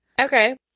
Okay